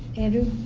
andrew